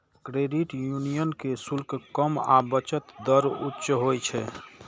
credit union के शुल्क कम आ बचत दर उच्च होइ छै